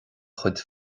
chuid